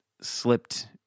slipped